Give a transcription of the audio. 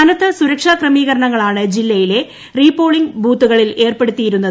കനത്ത സുരക്ഷാ ക്രമീകരണങ്ങളാണ് ജില്ലയിലെ റീപോളിംഗ് ബുത്തുകളിൽ ഏർപ്പെടുത്തിയത്